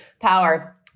power